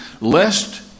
lest